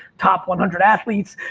top one hundred athletes.